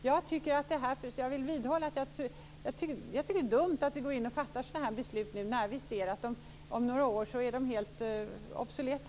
Jag vidhåller vad jag tidigare har sagt. Det är dumt att nu fatta sådana här beslut. Vi ser ju att de om några år kommer att vara obsoleta.